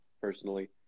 Personally